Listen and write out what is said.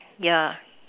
ya